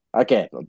Okay